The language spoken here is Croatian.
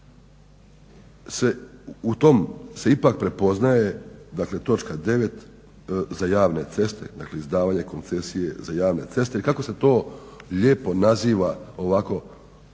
u tom ipak prepoznaje dakle točka 9. za javne ceste, dakle izdavanje koncesije za javne ceste ili kako se to lijepo naziva ovako